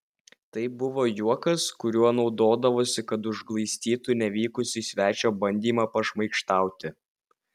tai buvo juokas kuriuo naudodavosi kad užglaistytų nevykusį svečio bandymą pašmaikštauti